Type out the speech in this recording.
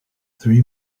three